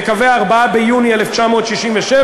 לקווי 4 ביוני 1967,